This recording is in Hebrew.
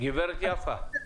גברת יפה,